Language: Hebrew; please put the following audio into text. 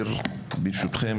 ברשותכם,